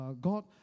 God